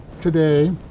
today